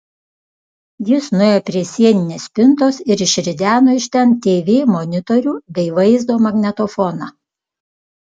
jis nuėjo prie sieninės spintos ir išrideno iš ten tv monitorių bei vaizdo magnetofoną